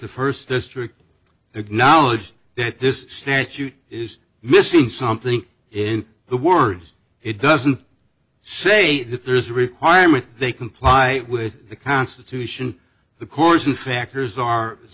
the first district ignore that this statute is missing something in the words it doesn't say that there is a requirement they comply with the constitution the course and factors are as